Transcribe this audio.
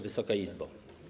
Wysoka Izbo!